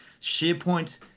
SharePoint